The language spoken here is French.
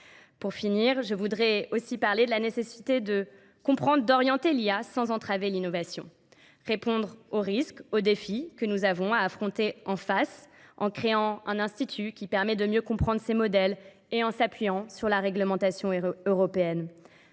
Pour finir, je voudrais aussi parler de la nécessité de comprendre, d'orienter l'IA sans entraver l'innovation. Répondre aux risques, aux défis que nous avons à affronter en face en créant un institut qui permet de mieux comprendre ces modèles et en s'appuyant sur la réglementation européenne.